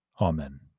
Amen